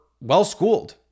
well-schooled